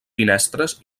finestres